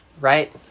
Right